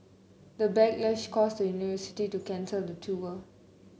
the backlash caused the university to cancel the tour